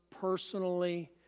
personally